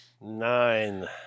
Nine